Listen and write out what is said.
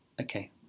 okay